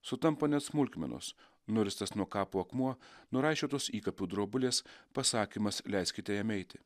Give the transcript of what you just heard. sutampa net smulkmenos nuristas nuo kapo akmuo nuraišiotos įkapių drobulės pasakymas leiskite jam eiti